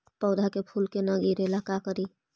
पौधा के फुल के न गिरे ला का करि?